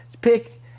pick